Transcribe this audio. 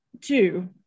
Two